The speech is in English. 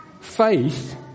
Faith